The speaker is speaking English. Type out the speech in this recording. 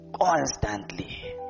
Constantly